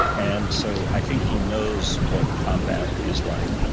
and so i think he knows what combat is like.